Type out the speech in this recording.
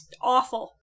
Awful